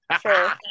sure